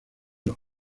los